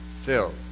Filled